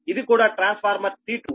ఇది కూడా transformer T2 j0